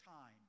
time